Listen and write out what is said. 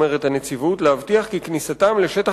אומרת הנציבות להבטיח כי כניסתם לשטח